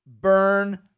Burn